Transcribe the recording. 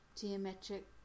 geometric